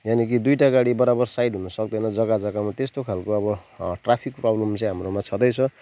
यानि कि दुइटा गाडी बराबर साइड हुन सक्दैन जग्गा जग्गामा त्यस्तो खालको अब ट्राफिक प्रब्लम चाहिँ हाम्रोमा छँदै छ